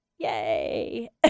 Yay